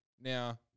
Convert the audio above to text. Now